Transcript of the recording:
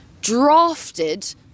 drafted